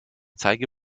zeige